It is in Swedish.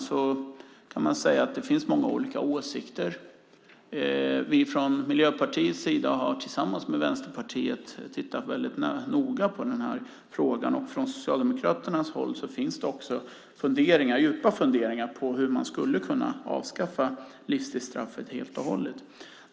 Man kan väl säga att det finns många olika åsikter. Från Miljöpartiets sida har vi tillsammans med Vänsterpartiet tittat väldigt noga på den här frågan. Från Socialdemokraternas håll finns det också funderingar, djupa funderingar, på hur man skulle kunna avskaffa livstidstraffet helt och hållet.